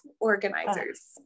organizers